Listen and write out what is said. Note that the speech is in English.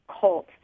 cult